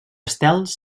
estels